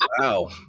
Wow